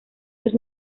sus